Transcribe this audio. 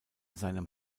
seinem